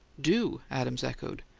do? adams echoed.